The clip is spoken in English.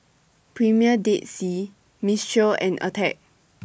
Premier Dead Sea Mistral and Attack